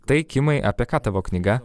tai kimai apie ką tavo knyga